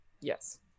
Yes